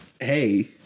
hey